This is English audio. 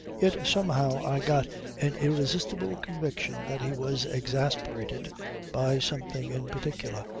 yet somehow i got an irresistible conviction that he was exasperated by something in particular.